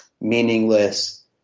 meaningless